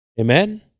Amen